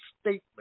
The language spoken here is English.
statement